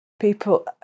People